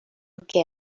què